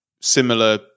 similar